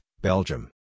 Belgium